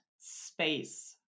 space